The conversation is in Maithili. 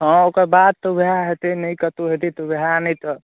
हँ ओकरबाद तऽ ओएह होयतै नहि कतहुँ होयतै तऽ ओएह नहि तऽ